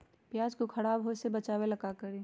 प्याज को खराब होय से बचाव ला का करी?